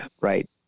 Right